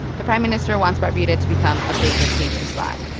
the prime minister wants barbuda to become a big vacation spot.